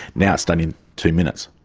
now it's done in two minutes.